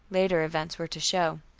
later events were to show.